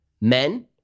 men